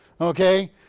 Okay